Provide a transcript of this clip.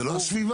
זאת לא סביבה.